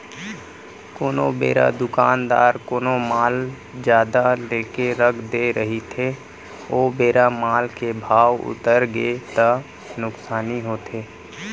कोनो बेरा दुकानदार कोनो माल जादा लेके रख दे रहिथे ओ बेरा माल के भाव उतरगे ता नुकसानी होथे